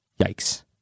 Yikes